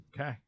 Okay